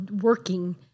working